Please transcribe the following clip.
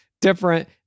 different